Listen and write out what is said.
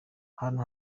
ahantu